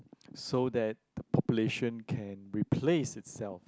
so that the population can replace itself